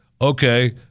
Okay